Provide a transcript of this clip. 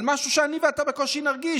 על משהו שאני ואתה בקושי נרגיש,